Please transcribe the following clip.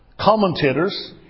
commentators